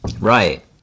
Right